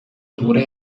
duhura